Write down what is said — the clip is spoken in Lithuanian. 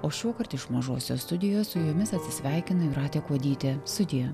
o šiuokart iš mažosios studijos su jumis atsisveikina jūratė kuodytė sudie